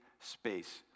space